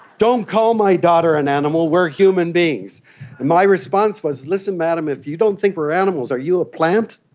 don't call my daughter an animal, we're human beings. and my response was, listen madam, if you don't think we're animals, are you a plant?